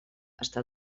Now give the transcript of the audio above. està